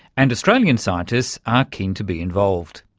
and australian scientists are keen to be involved.